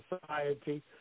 society